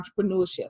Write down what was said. entrepreneurship